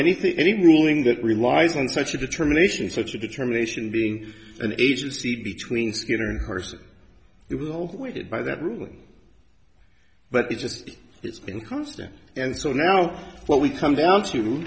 anything any ruling that relies on such a determination such a determination being an agency between person it will hold by that ruling but it's just it's been constant and so now what we come down to